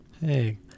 Hey